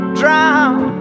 drown